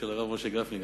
גם של הרב משה גפני.